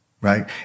Right